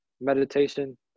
meditation